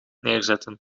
neerzetten